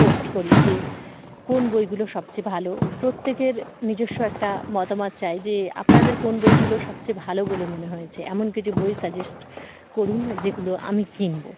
post করি যে কোন বইগুলো সবচেয়ে ভালো প্রত্যেকের নিজস্ব একটা মতামত চাই যে আপনাদের কোন বইগুলো সবচেয়ে ভালো বলে মনে হয়েছে এমন কিছু বই সাজেস্ট করুন যেগুলো আমি কিনবো